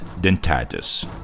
Dentatus